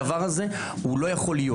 הדבר הזה לא יכול להיות.